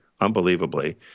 unbelievably